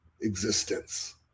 existence